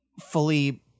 fully